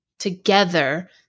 together